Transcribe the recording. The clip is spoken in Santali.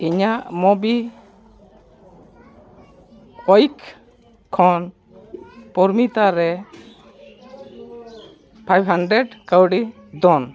ᱤᱧᱟᱹᱜ ᱢᱳᱵᱤ ᱣᱤᱭᱤᱠ ᱠᱷᱚᱱ ᱯᱨᱚᱢᱤᱛᱟ ᱨᱮ ᱯᱷᱟᱭᱤᱵ ᱦᱟᱱᱰᱨᱮᱰ ᱠᱟᱹᱣᱰᱤ ᱫᱚᱱ